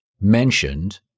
mentioned